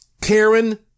Karen